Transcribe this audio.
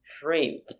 frame